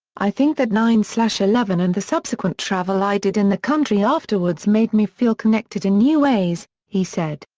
i think that nine so so eleven and the subsequent travel i did in the country afterwards made me feel connected in new ways, he said.